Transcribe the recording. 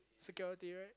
security right